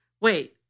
Wait